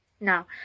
Now